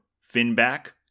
Finback